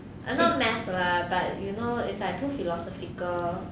and not math right but you know is like too philosophical